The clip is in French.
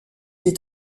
est